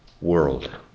world